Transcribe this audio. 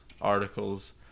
articles